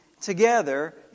together